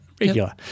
Regular